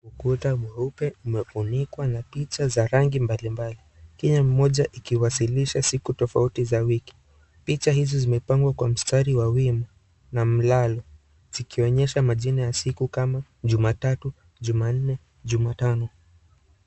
Ukuta mweupe umefunikwa na picha za rangi mbalimbali, kila mmoja ikiwasilisha siku tofauti za wiki, picha hizi zimepangwa kwa msitari wa wima na malalo zikionyesha majina ya siku kama jumatatu, jumanne, jumatano.